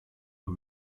nur